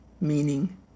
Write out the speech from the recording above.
meaning